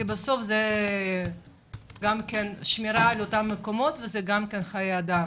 כי בסוף זו שמירה על אותם מקומות וגם חיי אדם.